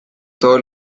todos